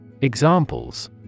Examples